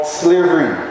slavery